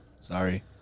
Sorry